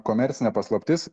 komercinė paslaptis